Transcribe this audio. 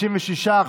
56,